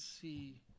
see